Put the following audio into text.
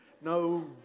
no